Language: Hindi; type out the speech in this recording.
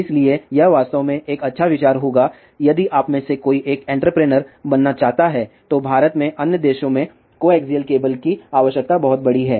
इसलिए यह वास्तव में एक अच्छा विचार होगा यदि आप में से कोई एक एंटरप्रेन्यर बनना चाहता है तो भारत में अन्य देशों में कोएक्सियल केबल की आवश्यकता बहुत बड़ी है